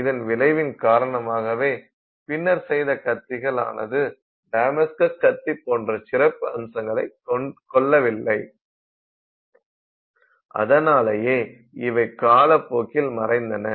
இதன் விளைவின் காரணமாகவே பின்னர் செய்த கத்திகள் ஆனது டமாஸ்கஸ் கத்தி போன்ற சிறப்பு அம்சங்களை கொள்ளவில்லை அதனாலேயே இவை கால போக்கில் மறைந்தன